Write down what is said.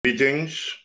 Greetings